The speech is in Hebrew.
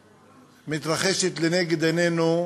שמתרחשת לנגד עינינו יום-יום,